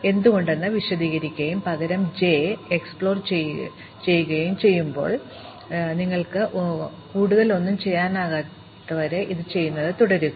എന്തുകൊണ്ടെന്ന് വിശദീകരിക്കുകയും പകരം j പര്യവേക്ഷണം ചെയ്യുകയും ചെയ്യുമ്പോൾ നിങ്ങൾക്ക് കൂടുതൽ ഒന്നും ചെയ്യാനാകാത്തതുവരെ നിങ്ങൾ ഇത് ചെയ്യുന്നത് തുടരുക